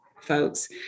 folks